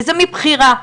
וזה מבחירה.